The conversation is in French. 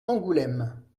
angoulême